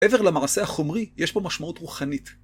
מעבר למעשה החומרי, יש פה משמעות רוחנית.